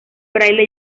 fraile